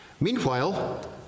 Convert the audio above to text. Meanwhile